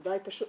זה דיי פשוט.